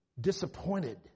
disappointed